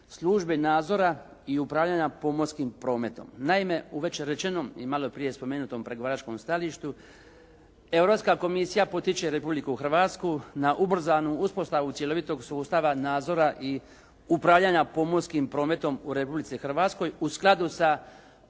službe nadzora i upravljanja pomorskim prometom. Naime, u već rečenom i malo prije spomenutom pregovaračkom stajalištu Europska komisija potiče Republiku Hrvatsku na ubrzanu uspostavu cjelovitog sustava nadzora i upravljanja pomorskim prometom u Republici Hrvatskoj u skladu sa